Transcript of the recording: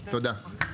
תודה.